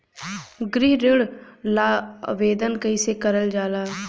गृह ऋण ला आवेदन कईसे करल जाला?